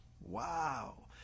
Wow